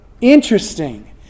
Interesting